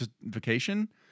vacation